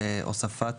זה הוספה